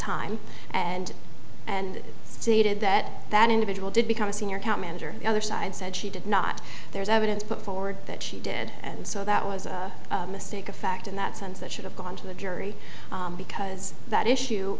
time and and stated that that individual did become a senior count manager the other side said she did not there is evidence put forward that she did and so that was a mistake of fact in that sense it should have gone to the jury because that issue